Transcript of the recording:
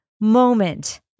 moment